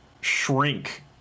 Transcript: shrink